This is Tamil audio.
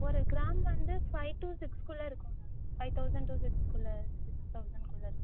ஒரு கிராம் வந்து ஃபைவ் டூ சிக்ஸ்க்குள்ளே இருக்கும் மேம் ஃபைவ் தௌசண்ட் டூ சிக்ஸ்க்குள்ளே சிக்ஸ் தௌசண்ட்க்குள்ளே இருக்கும்